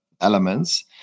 elements